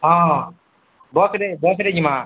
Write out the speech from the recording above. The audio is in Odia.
ହଁ ହଁ ବସ୍ରେ ବସ୍ରେ ଯିମା